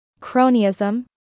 Cronyism